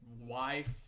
wife